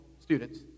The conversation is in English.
students